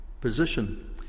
position